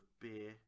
beer